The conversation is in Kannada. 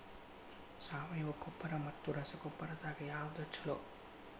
ಸಾವಯವ ಗೊಬ್ಬರ ಮತ್ತ ರಸಗೊಬ್ಬರದಾಗ ಯಾವದು ಛಲೋ?